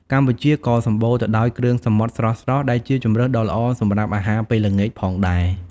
កម្ពុជាក៏សម្បូរទៅដោយគ្រឿងសមុទ្រស្រស់ៗ ដែលជាជម្រើសដ៏ល្អសម្រាប់អាហារពេលល្ងាចផងដែរ ។